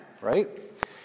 right